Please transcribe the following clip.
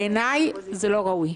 בעיניי זה לא ראוי,